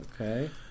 okay